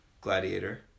Gladiator